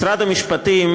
משרד המשפטים,